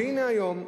והנה היום,